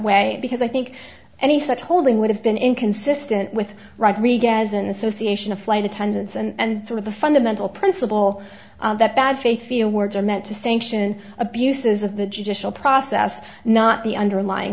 way because i think any such holding would have been inconsistent with rodriguez an association of flight attendants and sort of the fundamental principle that bad faith few words are meant to say action abuses of the judicial process not the underlying